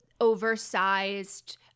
oversized